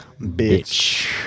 bitch